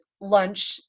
lunch